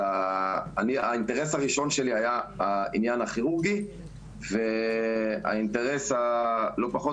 האינטרס הראשון שלי היה העניין הכירורגי ואינטרס לא פחות